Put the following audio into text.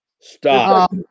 Stop